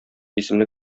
исемле